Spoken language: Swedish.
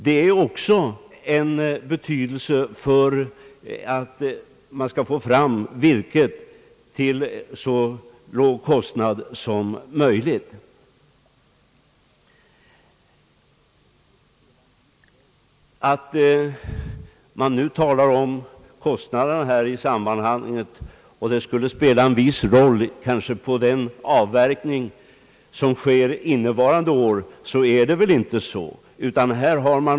Det är också av betydelse att dessa vägar underhålls och förbättras för att man skall få fram virket till så låg kostnad som möjligt. Det talas nu om att vägbyggnadsanslagen och ökad tillgång på skogsbilvägar skulle spela en viss roll för den avverkning som sker innevarande år, men så är det väl inte.